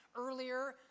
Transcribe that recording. earlier